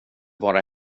vara